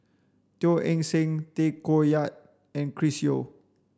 Teo Eng Seng Tay Koh Yat and Chris Yeo